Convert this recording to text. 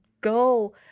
go